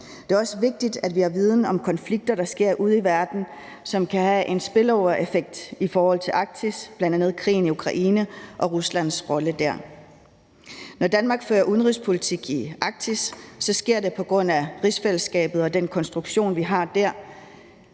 Det er også vigtigt, at vi har viden om konflikter, der sker ude i verden, som kan have en spillovereffekt i forhold til Arktis, bl.a. krigen i Ukraine og Ruslands rolle der. Når Danmark fører udenrigspolitik i Arktis, sker det på grund af rigsfællesskabet og den konstruktion, vi har der.